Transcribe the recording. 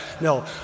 No